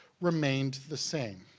remained the same.